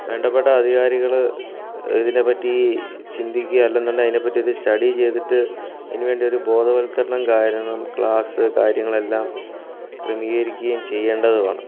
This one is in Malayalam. വേണ്ടപ്പെട്ട അധികാരികൾ ഇതിനെപ്പറ്റി ചിന്തിക്കുക അല്ലെന്നുണ്ടെങ്കിൽ അതിനെപ്പറ്റി ചിന്തിക്കുക അല്ലെന്നുണ്ടെങ്കിൽ അതിനെപ്പറ്റി ഒരു സ്റ്റഡി ചെയ്തിട്ട് അതിനുവേണ്ടി ഒരു ബോധവത്കരണം കാരണം ക്ലാസ്സ് കാര്യങ്ങളെല്ലാം ക്രമീകരിക്കേം ചെയ്യേണ്ടതുമാണ്